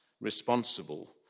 responsible